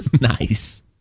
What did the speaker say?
Nice